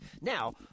Now